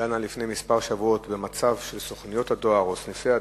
דנה לפני כמה שבועות במצב של סוכנויות הדואר או סניפי הדואר.